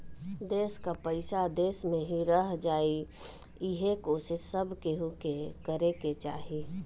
देस कअ पईसा देस में ही रह जाए इहे कोशिश सब केहू के करे के चाही